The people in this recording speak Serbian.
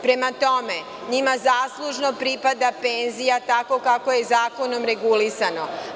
Prema tome, njima zaslužno pripada penzija tako kako je zakonom regulisano.